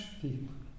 people